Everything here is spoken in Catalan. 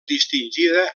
distingida